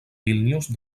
vílnius